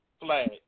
flag